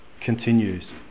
continues